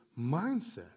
mindset